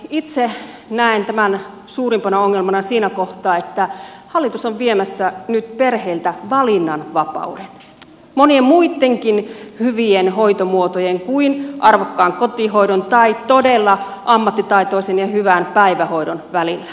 itse näen tämän suurimpana ongelmana siinä kohtaa että hallitus on viemässä nyt perheiltä valinnanvapauden monien muittenkin hyvien hoitomuotojen kuin arvokkaan kotihoidon tai todella ammattitaitoisen ja hyvän päivähoidon välillä